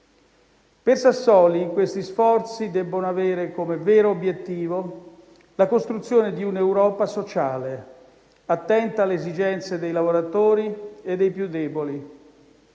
Per Sassoli questi sforzi debbono avere come vero obiettivo la costruzione di un'Europa sociale, attenta alle esigenze dei lavoratori e dei più deboli.